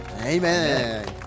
Amen